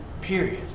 Period